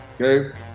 Okay